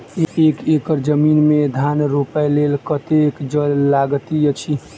एक एकड़ जमीन मे धान रोपय लेल कतेक जल लागति अछि?